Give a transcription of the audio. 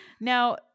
Now